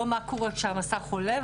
לא מה קורה כשהמסך עולה,